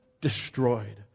destroyed